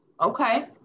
Okay